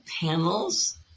panels